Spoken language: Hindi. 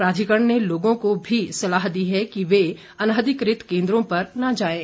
प्राधिकरण ने लोगों को भी सलाह दी है कि वे अनाधिकृत केन्द्रों पर न जाएं